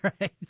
Right